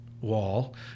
wall